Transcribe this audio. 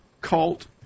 cult